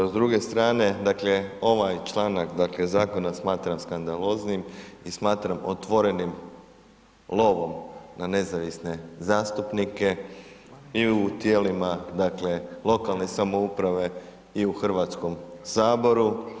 S druge strane, dakle ovaj članak zakona smatram skandaloznim i smatram otvorenim lovom na nezavisne zastupnike i u tijelima lokalne samouprave i u Hrvatskom saboru.